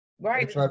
Right